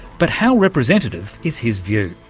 but how representative is his view?